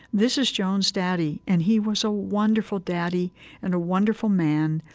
this is joan's daddy, and he was a wonderful daddy and a wonderful man,